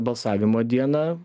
balsavimo dieną